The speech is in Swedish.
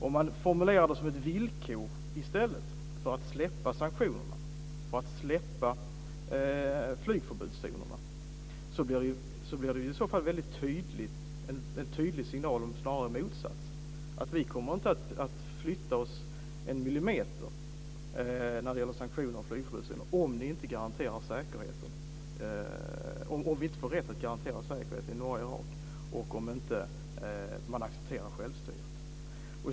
Om man i stället för att släppa sanktionerna formulerar det som ett villkor för att slopa flygförbudszonerna blir det snarare en väldigt tydlig signal om motsatsen, att vi inte kommer att flytta oss en millimeter när det gäller sanktionerna om vi inte får rätt att garantera säkerheten i norra Irak och om man inte accepterar självstyret.